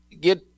get